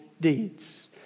deeds